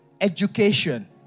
Education